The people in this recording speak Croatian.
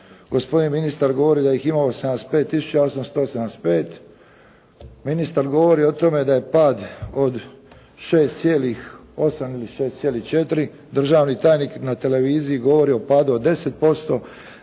gospodin ministar govori da ih imamo 75 tisuća 875, ministar govori o tome da je pad od 6,8 ili 6,4, državni tajnik na televiziji govori o padu od 10%.